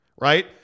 right